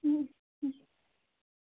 ꯎꯝ ꯎꯝ